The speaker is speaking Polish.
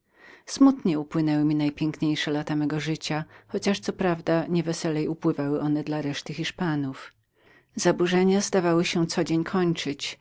smutnie upłynęły mi najpiękniejsze lata mego życia chociaż wprawdzie nie weselej one upływały dla reszty hiszpanów zaburzenia zdawały się codzień kończyć